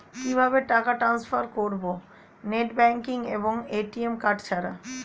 কিভাবে টাকা টান্সফার করব নেট ব্যাংকিং এবং এ.টি.এম কার্ড ছাড়া?